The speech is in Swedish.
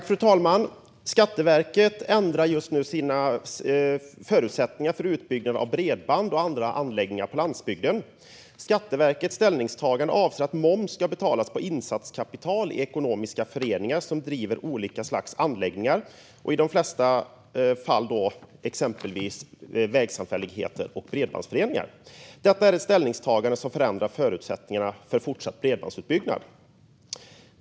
Fru talman! Skatteverket ändrar just nu förutsättningarna för utbyggnad av bredband och andra anläggningar på landsbygden. Skatteverkets ställningstagande avseende att moms ska betalas på insatskapital i ekonomiska föreningar som driver olika slags anläggningar, vilket i de flesta fall är exempelvis vägsamfälligheter och bredbandsföreningar, förändrar förutsättningarna för fortsatt bredbandsutbyggnad.